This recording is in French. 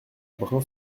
brain